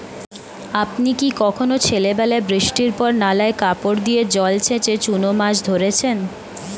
আপনি কি কখনও ছেলেবেলায় বৃষ্টির পর নালায় কাপড় দিয়ে জল ছেঁচে চুনো মাছ ধরেছেন?